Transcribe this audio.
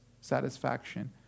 satisfaction